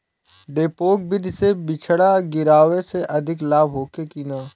डेपोक विधि से बिचड़ा गिरावे से अधिक लाभ होखे की न?